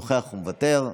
נוכח ומוותר,